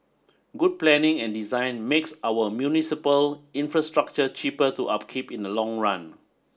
good planning and design makes our municipal infrastructure cheaper to upkeep in the long run